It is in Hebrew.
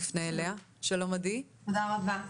תודה רבה.